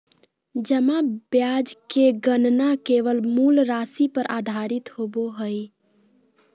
जमा ब्याज के गणना केवल मूल राशि पर आधारित होबो हइ